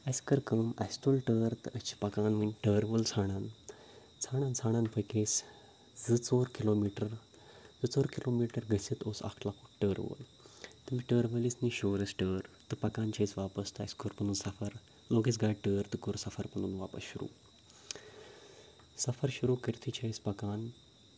اَسہِ کٔر کٲم اَسہِ تُل ٹٲر تہٕ أسۍ چھِ پکان وٕنۍ ٹٲر وول ژھانڈان ژھانڈان ژھانڈان پٔکۍ أسۍ زٕ ژور کِلومیٖٹَر زٕ ژور کِلومیٖٹَر گٔژھِتھ اوس اَکھ لۄکُٹ ٹٲرٕ وول تٔمِس ٹٲرٕ وٲلِس نِش شیوٗر اَسہِ ٹٲر تہٕ پَکان چھِ أسۍ واپَس تہٕ اَسہِ کوٚر پَنُن سفر لوگ اَسہِ گاڑِ ٹٲر تہٕ کوٚر سفر پَنُن واپَس شروع سفر شروع کٔرِتھٕے چھِ أسۍ پَکان